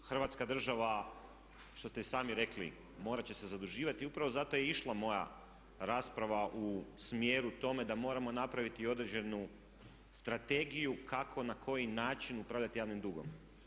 Hrvatska država što ste i sami rekli morat će se zaduživati i upravo zato je i išla moja rasprava u smjeru tome da moramo napraviti određenu strategiju kako, na koji način upravljati javnim dugom.